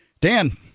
Dan